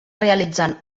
realitzant